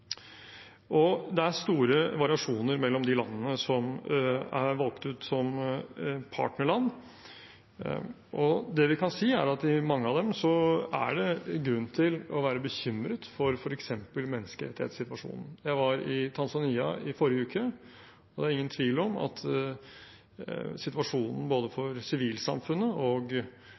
utvikling. Det er store variasjoner mellom de landene som er valgt ut som partnerland. Det vi kan si, er at i mange av dem er det grunn til å være bekymret for f.eks. menneskerettighetssituasjonen. Jeg var i Tanzania i forrige uke, og det er ingen tvil om at situasjonen for sivilsamfunnet og